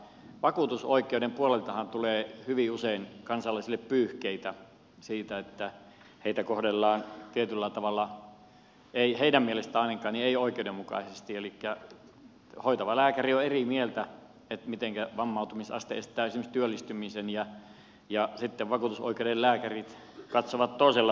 vakuutusoikeuden puoleltahan tulee hyvin usein kansalaisille pyyhkeitä siitä että heitä kohdellaan tietyllä tavalla ainakaan heidän mielestään ei oikeudenmukaisesti elikkä hoitava lääkäri on eri mieltä siitä mitenkä vammautumisaste estää esimerkiksi työllistymisen ja sitten vakuutusoikeuden lääkärit katsovat toisella tavalla